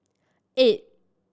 eight